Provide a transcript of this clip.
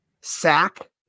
Sack